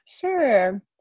Sure